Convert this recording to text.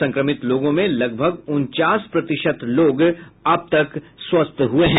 संक्रमित लोगों में लगभग उनचास प्रतिशत लोग स्वस्थ हुए हैं